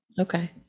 Okay